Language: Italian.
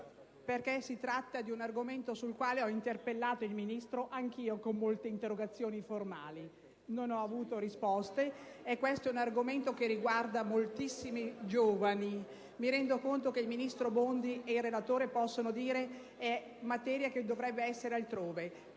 tratta infatti di un argomento sul quale anch'io ho interpellato il Ministro con molte interrogazioni formali senza avere risposte. È questo un argomento che riguarda moltissimi giovani. Mi rendo conto che il ministro Bondi e il relatore possono dire che è materia che dovrebbe essere altrove,